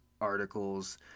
articles